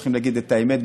צריך להגיד את האמת,